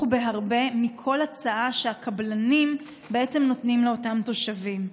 בהרבה מכל הצעה שהקבלנים נותנים לאותם תושבים.